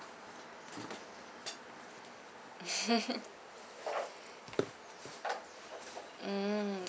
mm